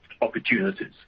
opportunities